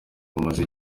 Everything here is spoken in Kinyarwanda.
bumaze